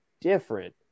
different